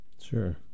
Sure